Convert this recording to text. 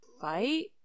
fight